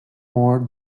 more